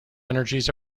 energies